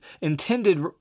intended